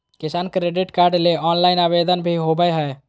किसान credit card ले online आवेदन भी होबय हय